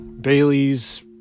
Bailey's